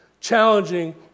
challenging